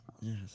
Yes